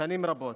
שנים רבות.